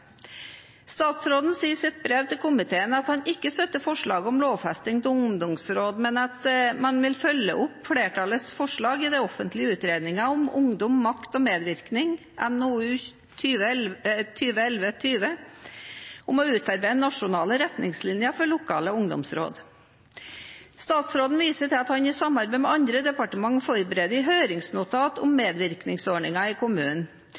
Statsråden sier i sitt brev til komiteen at han ikke støtter forslaget om lovfesting av ungdomsråd, men at man vil følge opp flertallets forslag i den offentlige utredningen Ungdom, makt og medvirkning, NOU 2011:20, om å utarbeide nasjonale retningslinjer for lokale ungdomsråd. Statsråden viser til at han i samarbeid med andre departementer forbereder et høringsnotat om medvirkningsordninger i